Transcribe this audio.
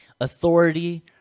authority